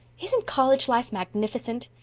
isn't college life magnificent?